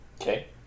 Okay